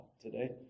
today